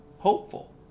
hopeful